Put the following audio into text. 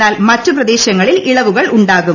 എന്നാൽ മറ്റുപ്രദേശങ്ങളിൽ ഇളവുകൾ ഉണ്ടാകും